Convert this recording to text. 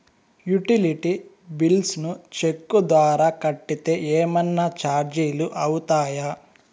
Utility bills ను cheque ద్వారా కట్టితే ఏమన్నా చార్జీలు అవుతాయా?